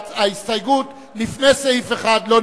ההסתייגות של קבוצת סיעת מרצ